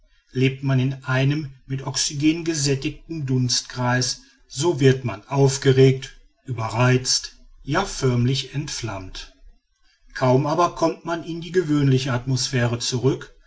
lebt man in einem mit oxygen gesättigten dunstkreise so wird man aufgeregt überreizt ja förmlich entflammt kaum aber kommt man in die gewöhnliche atmosphäre zurück